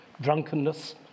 drunkenness